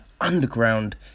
Underground